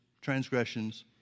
transgressions